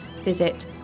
visit